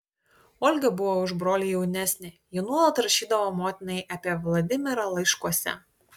olga buvo už brolį jaunesnė ji nuolat rašydavo motinai apie vladimirą laiškuose